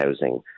housing